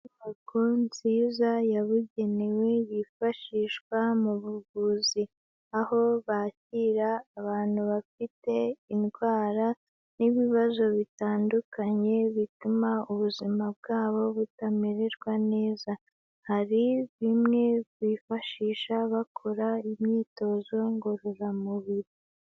Inyubako nziza yabugenewe yifashishwa mu buvuzi, aho bakira abantu bafite indwara n'ibibazo bitandukanye bituma ubuzima bwabo butamererwa neza, hari bimwe bifashisha bakora imyitozo ngororamubiri.